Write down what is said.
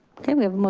okay, we have.